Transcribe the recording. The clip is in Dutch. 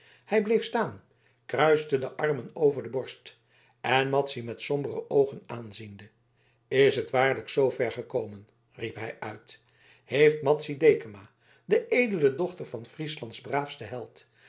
hij bleef staan kruiste de armen over de borst en madzy met sombere oogen aanziende is het waarlijk zoover gekomen riep hij uit heeft madzy dekama de edele dochter van frieslands braafsten held